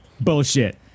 bullshit